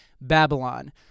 Babylon